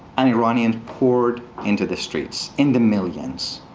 and iranians poured into the streets in the millions.